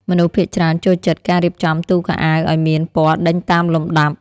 មនុស្សភាគច្រើនចូលចិត្តការរៀបចំទូខោអាវឱ្យមានពណ៌ដេញតាមលំដាប់។